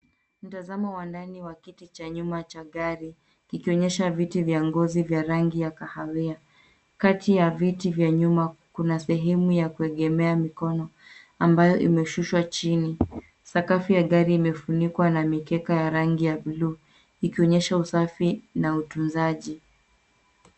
Mtazamo wa ndani wa kiti cha nyuma cha gari ikionyesha viti vya ngozi vya rangi ya kahawia. Kati ya viti vya nyuma kuna sehemu ya kuegemea mikono ambayo imeshushwa chini. Sakafu ya gari imefunikwa na mikeka ya rangi ya buluu ikionyesha usafi na utunzaji.